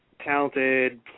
talented